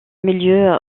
milieu